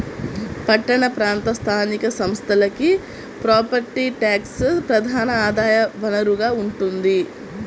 పట్టణ ప్రాంత స్థానిక సంస్థలకి ప్రాపర్టీ ట్యాక్సే ప్రధాన ఆదాయ వనరుగా ఉంటోంది